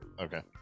Okay